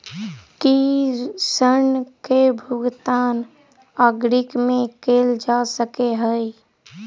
की ऋण कऽ भुगतान अग्रिम मे कैल जा सकै हय?